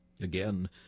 Again